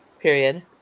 Period